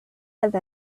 have